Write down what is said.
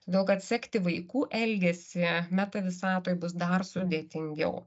todėl kad sekti vaikų elgesį meta visatoj bus dar sudėtingiau